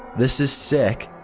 this is sick.